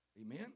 Amen